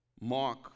mark